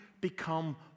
become